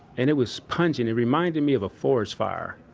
and it was pungent. it reminded me of a forest fire.